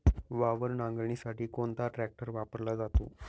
वावर नांगरणीसाठी कोणता ट्रॅक्टर वापरला जातो?